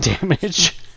damage